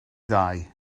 ddau